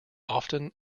often